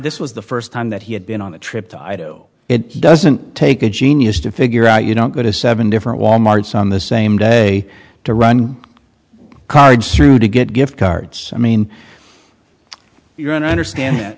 this was the first time that he had been on a trip to idaho it doesn't take a genius to figure out you don't go to seven different walmart's on the same day to run cards through to get gift cards i mean you don't understand